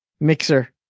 Mixer